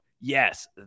yes